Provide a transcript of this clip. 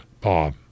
Bob